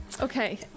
Okay